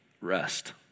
rest